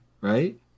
right